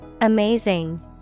Amazing